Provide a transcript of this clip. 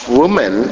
women